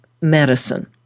medicine